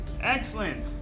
Excellent